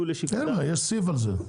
יש סעיף על זה.